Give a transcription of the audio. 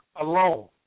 alone